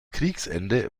kriegsende